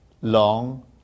long